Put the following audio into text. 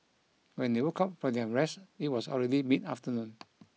when they woke up from their rest it was already mid afternoon